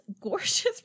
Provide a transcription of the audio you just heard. gorgeous